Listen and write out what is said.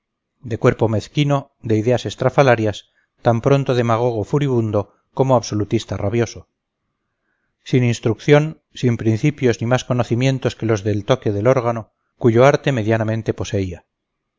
de cuerpo mezquino de ideas estrafalarias tan pronto demagogo furibundo como absolutista rabioso sin instrucción sin principios ni más conocimientos que los del toque del órgano cuyo arte medianamente poseía